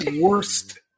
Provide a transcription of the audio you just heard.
worst